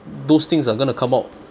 those things are gonna come out